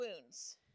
wounds